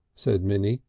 said minnie,